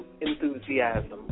Enthusiasm